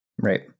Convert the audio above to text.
right